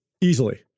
easily